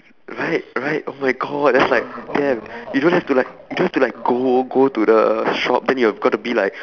right right oh my god that's like damn you don't have to like you don't have to like go go to the shop then you gotta be like